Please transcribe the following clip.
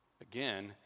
Again